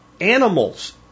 animals